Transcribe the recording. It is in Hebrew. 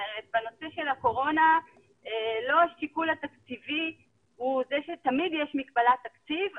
בנושא של הקורונה לא השיקול התקציבי הוא זה תמיד יש מגבלת תקציב,